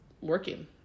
working